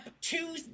two